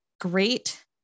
great